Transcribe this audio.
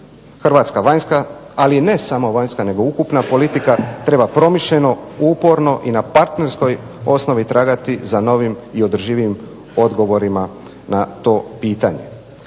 Hrvatska vanjska, ali ne samo vanjska nego ukupna politika treba promišljeno, uporno i na partnerskoj osnovi tragati za novim i održivijim odgovorima na to pitanje.